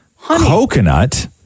coconut